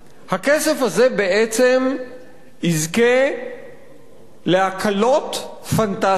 הכסף הזה בעצם יזכה להקלות פנטסטיות,